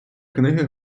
книги